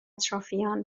اطرافیان